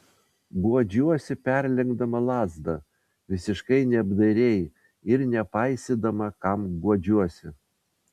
guodžiuosi perlenkdama lazdą visiškai neapdairiai ir nepaisydama kam guodžiuosi